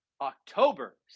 October